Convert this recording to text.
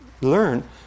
learn